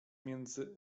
między